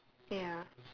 ya